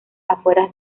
afueras